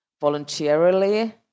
voluntarily